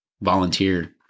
volunteer